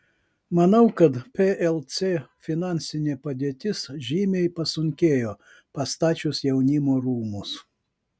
manau kad plc finansinė padėtis žymiai pasunkėjo pastačius jaunimo rūmus